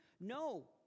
No